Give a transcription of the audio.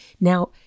Now